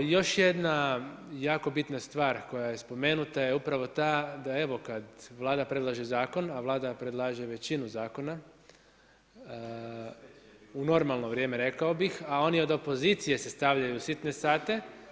Još jedna jako bitna stvar koja je spomenuta je upravo ta da kad Vlada predlaže zakon, a Vlada predlaže većinu zakona, u normalno vrijeme rekao bih, a oni od opozicije se stavljaju u sitne sate.